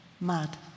mad